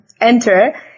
enter